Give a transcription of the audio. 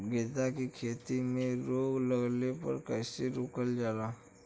गेंदा की खेती में रोग लगने पर कैसे रोकल जाला?